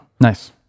Nice